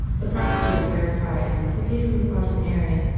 the prophecy was verified, for pedro ribadaneira,